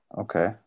Okay